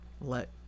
let